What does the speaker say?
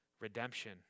redemption